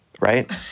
right